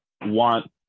want